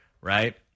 right